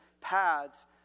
paths